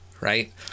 right